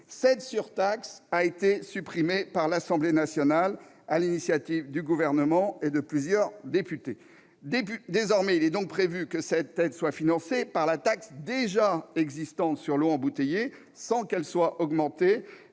Cette surtaxe a été supprimée par l'Assemblée nationale, sur l'initiative du Gouvernement et de plusieurs députés. Désormais, il est prévu que cette aide soit financée par la taxe existante sur l'eau embouteillée, qui est affectée